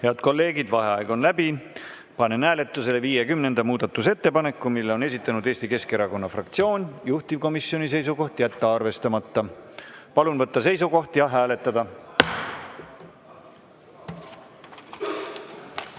Head kolleegid, vaheaeg on läbi. Panen hääletusele 50. muudatusettepaneku. Selle on esitanud Eesti Keskerakonna fraktsioon. Juhtivkomisjoni seisukoht on jätta arvestamata. Palun võtta seisukoht ja hääletada!